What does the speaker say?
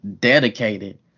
dedicated